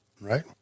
right